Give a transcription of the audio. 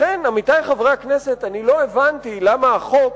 לכן, עמיתי חברי הכנסת, לא הבנתי למה החוק